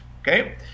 okay